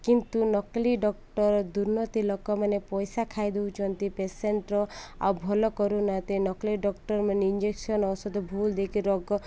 କିନ୍ତୁ ନକଲି ଡକ୍ଟର୍ ଦୁର୍ନୀତି ଲୋକମାନେ ପଇସା ଖାଇଦେଉଛନ୍ତି ପେସେଣ୍ଟର ଆଉ ଭଲ କରୁନାହାନ୍ତି ନକଲି ଡକ୍ଟରମାନେ ଇଞ୍ଜେକ୍ସନ୍ ଔଷଧ ଭୁଲ୍ ଦେଇକି ରୋଗ